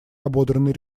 ободранный